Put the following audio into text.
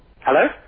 Hello